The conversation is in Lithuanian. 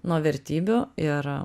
nuo vertybių ir